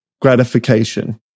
gratification